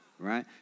Right